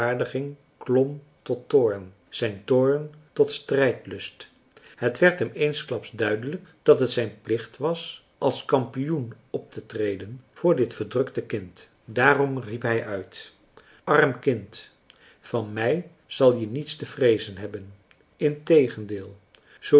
zijn toorn tot strijdlust het werd hem eensklaps duidelijk dat het zijn plicht was als kampioen optetreden voor dit verdrukte kind daarom riep hij uit arm kind van mij zal je niets te vreezen hebben integendeel